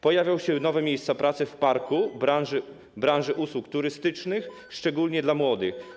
Pojawią się nowe miejsca pracy w parku, w branży usług turystycznych, szczególnie dla młodych.